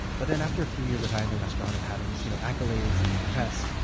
but then after a few years of having the restaurant and having you know accolades and press,